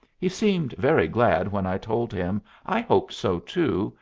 he seemed very glad when i told him i hoped so, too,